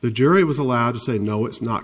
the jury was allowed to say no it's not